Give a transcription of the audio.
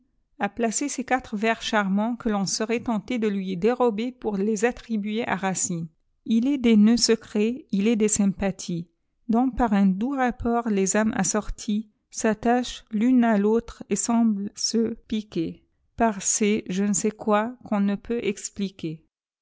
a placé ces quatre vers charmants que ton serait tenté de lui dérober pour les attribuer à aacine il est des nœuds secrets il est des sympathies dont par un doui rapport les âmes assortie s'atiai'hent tune à tautre el semblent se pfquer par ces je ne sais quoi qu'on ne peut expliquer